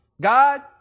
God